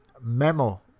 Memo